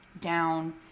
down